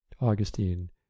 Augustine